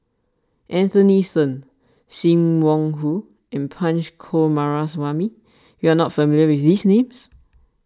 Anthony then Sim Wong Hoo and Punch Coomaraswamy you are not familiar with these names